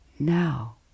Now